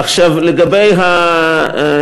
עכשיו, לגבי השאלה,